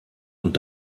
und